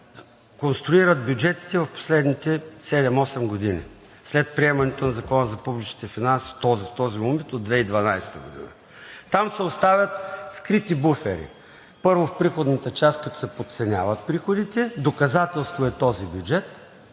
конструират бюджетите в последните 7 – 8 години, след приемането на Закона за публичните финанси в този му вид от 2012 г. Там се оставят скрити буфери, първо, в приходната част, като се подценяват приходите. Доказателство е този бюджет,